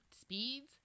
speeds